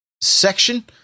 section